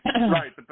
Right